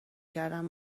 کردن